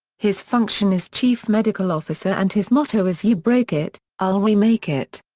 his function is chief medical officer and his motto is you break it, i'll remake it.